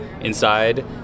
inside